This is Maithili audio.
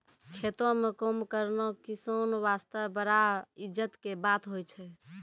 खेतों म काम करना किसान वास्तॅ बड़ा इज्जत के बात होय छै